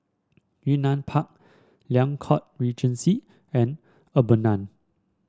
Yunnan Park Liang Court Regency and Urbana